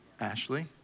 Ashley